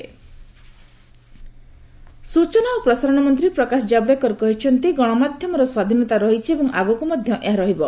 freedom of media ସ୍ଚନା ଓ ପ୍ରସାରଣ ମନ୍ତ୍ରୀ ପ୍ରକାଶ ଜାବ୍ଡେକର କହିଛନ୍ତି ଗଣମାଧ୍ୟମର ସ୍ୱାଧୀନତା ରହିଛି ଏବଂ ଆଗକୁ ମଧ୍ୟ ଏହା ରହିବ